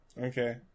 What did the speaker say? Okay